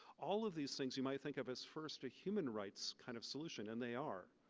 all of these things you might think of as first to human rights kind of solution, and they are.